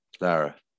Lara